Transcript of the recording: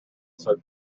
said